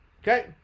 okay